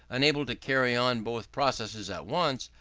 unable to carry on both processes at once,